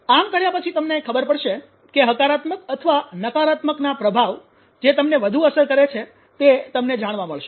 આમ કર્યા પછી તમને ખબર પડશે કે હકારાત્મક અથવા નકારાત્મકના પ્રભાવ જે તમને વધુ અસર કરે છે તે તમને જાણવા મળશે